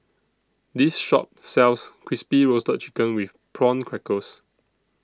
This Shop sells Crispy Roasted Chicken with Prawn Crackers